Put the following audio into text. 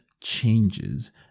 changes